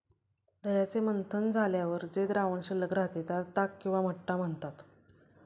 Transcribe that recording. दह्याचे मंथन झाल्यावर जे द्रावण शिल्लक राहते, त्याला ताक किंवा मठ्ठा म्हणतात